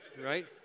right